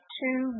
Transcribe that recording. two